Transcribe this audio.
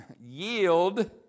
yield